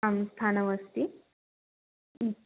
आं स्थानम् अस्ति